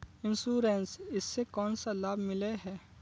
Insurance इस से कोन सा लाभ मिले है?